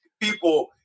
People